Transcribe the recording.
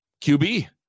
QB